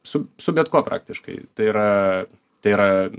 su su bet kuo praktiškai tai yra tai yra